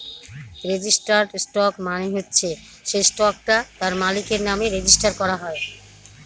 registered stock মানে হচ্ছে সে স্টকটা তার মালিকের নামে রেজিস্টার করা হয়